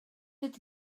ydy